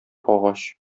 агач